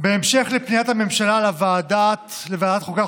בהמשך לפניית הממשלה לוועדת החוקה,